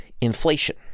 inflation